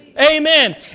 Amen